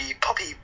poppy